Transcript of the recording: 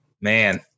man